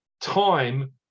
time